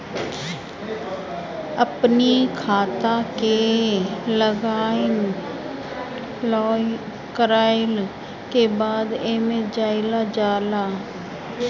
अपनी खाता के लॉगइन कईला के बाद एमे जाइल जाला